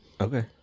Okay